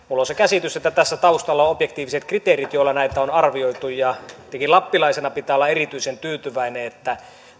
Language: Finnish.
minulla on se käsitys että tässä taustalla on objektiiviset kriteerit joilla näitä on arvioitu etenkin lappilaisena pitää olla erityisen tyytyväinen että